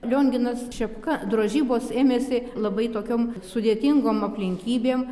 lionginas šepka drožybos ėmėsi labai tokiom sudėtingom aplinkybėm